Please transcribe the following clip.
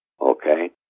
okay